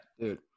dude